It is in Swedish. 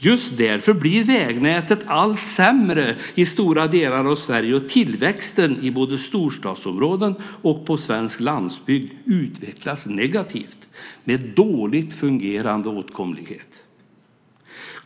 Just därför blir vägnätet allt sämre i stora delar av Sverige, och tillväxten både i storstadsområden och på svensk landsbygd utvecklas negativt med dåligt fungerande åtkomlighet.